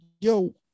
yo